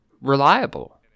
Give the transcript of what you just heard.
reliable